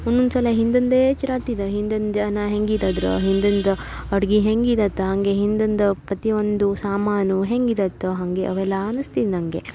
ಒಂದೊಂದು ಸಲ ಹಿಂದಿಂದೇ ಚಿರಾತಿದು ಹಿಂದಿಂದು ಜನ ಹೆಂಗಿದದ್ರು ಹಿಂದಿಂದು ಅಡ್ಗೆ ಹೆಂಗಿದಿತ್ತ ಹಾಗೆ ಹಿಂದಿಂದು ಪ್ರತಿ ಒಂದೂ ಸಾಮಾನು ಹೆಂಗಿದಿತ್ತ ಹಾಗೆ ಅವೆಲ್ಲ ಅನಿಸ್ತಿದೆ ನನಗೆ